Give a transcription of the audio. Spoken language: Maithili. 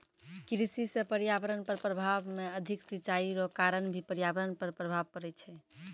कृषि से पर्यावरण पर प्रभाव मे अधिक सिचाई रो कारण भी पर्यावरण पर प्रभाव पड़ै छै